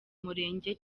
umurenge